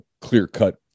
clear-cut